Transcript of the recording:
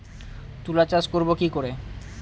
তুলা চাষ করব কি করে?